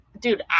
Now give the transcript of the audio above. dude